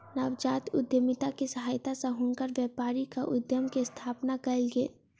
नवजात उद्यमिता के सहायता सॅ हुनकर व्यापारिक उद्यम के स्थापना कयल गेल